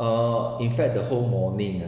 err in fact the whole morning